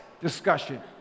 discussion